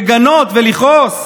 לגנות ולכעוס.